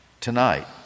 tonight